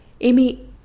Amy